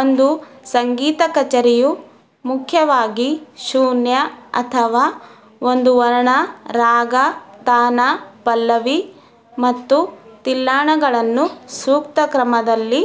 ಒಂದು ಸಂಗೀತ ಕಚೇರಿಯು ಮುಖ್ಯವಾಗಿ ಶೂನ್ಯ ಅಥವಾ ಒಂದು ವರ್ಣ ರಾಗ ತಾನ ಪಲ್ಲವಿ ಮತ್ತು ತಿಲ್ಲಾನಗಳನ್ನು ಸೂಕ್ತ ಕ್ರಮದಲ್ಲಿ